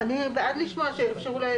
בשנה של חוסר ודאות,